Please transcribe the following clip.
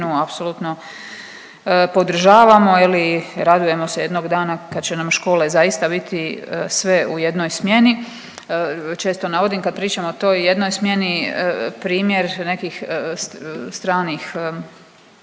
apsolutno podržavamo, radujemo se jednog dana kad će nam škole zaista biti sve u jednoj smjeni. Često navodim kad pričamo o toj jednoj smjeni primjer nekih stranih